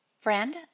Friend